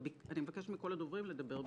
אני מבקשת מכל הדוברים לדבר בקצרה.